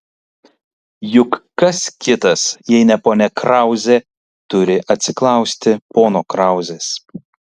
juk kas kitas jei ne ponia krauzė turi atsiklausti pono krauzės